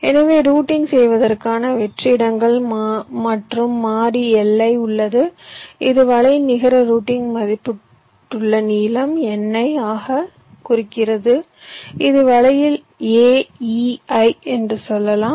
எனவே ரூட்டிங் செய்வதற்கான வெற்று இடங்கள் மற்றும் மாறி Li உள்ளது இது வலையின் நிகர ரூட்டிங் மதிப்பிடப்பட்ட நீளம் Ni ஐ குறிக்கிறது முதல் வலையை a e i என்று சொல்லலாம்